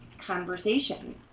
conversation